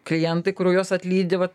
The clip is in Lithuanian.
klientai kuriuos atlydi vat